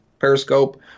Periscope